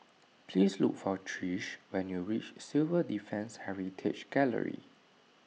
please look for Trish when you reach Civil Defence Heritage Gallery